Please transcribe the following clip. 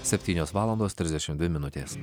septynios valandos trisdešimt dvi minutės